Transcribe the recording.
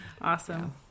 Awesome